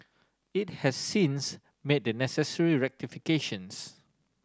it has since made the necessary rectifications